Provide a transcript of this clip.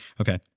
Okay